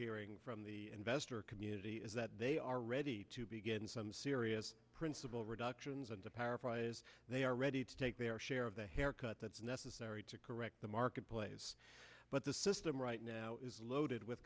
hearing from the investor community is that they are ready to begin some serious principal reductions and to paraphrase they are ready to take their share of the haircut that's necessary to correct the marketplace but the system right now is loaded with